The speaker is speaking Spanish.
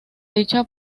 dicha